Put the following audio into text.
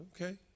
Okay